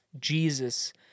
jesus